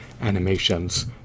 animations